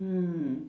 mm